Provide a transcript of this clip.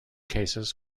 cases